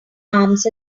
arms